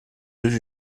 deux